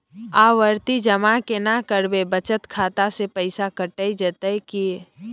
आवर्ति जमा केना करबे बचत खाता से पैसा कैट जेतै की?